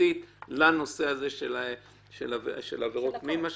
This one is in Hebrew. הממשלתית לנושא הזה של עבירות מין?